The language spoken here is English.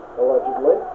allegedly